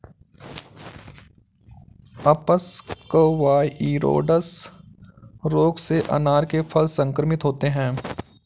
अप्सकवाइरोइड्स रोग से अनार के फल संक्रमित होते हैं